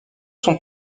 sont